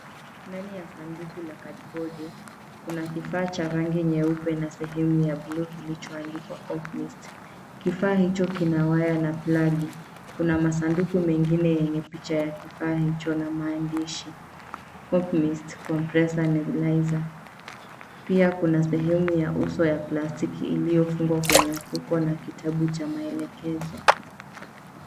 Ndani ya sanduku la kadibodi, kuna kifaa cha rangi nyeupe na sehemu ya blue kilichoandikwa comp mist. Kifaa hicho kina waya na plagi. Kuna masanduku mengine yenye picha ya kifaa hicho na maandishi. Comp mist, compressor, nebulizer . Pia kuna sehemu ya uso ya plastiki iliyofungwa kwenye mfuko na kitabu cha maelekezo.